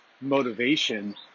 motivation